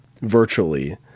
virtually